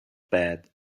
bad